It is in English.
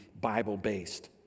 Bible-based